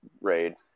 raid